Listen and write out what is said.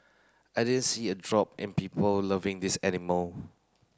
I didn't see a drop in people loving these animal